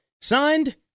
Signed